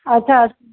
अच्छा